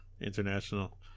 international